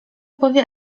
powie